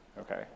Okay